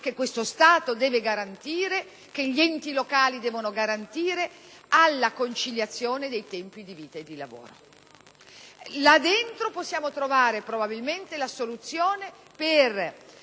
che lo Stato e gli enti locali devono garantire alla conciliazione dei tempi di vita e di lavoro. Là dentro possiamo trovare probabilmente la soluzione per